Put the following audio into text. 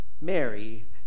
Mary